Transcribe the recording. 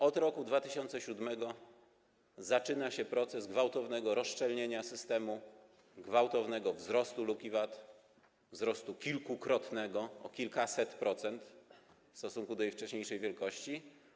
Od roku 2007 zaczyna się proces gwałtownego rozszczelnienia systemu, gwałtownego wzrostu luki VAT, wzrost kilkukrotnego, o kilkaset procent w stosunku do wcześniejszej wielkości.